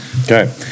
okay